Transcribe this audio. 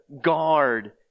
guard